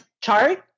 chart